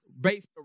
based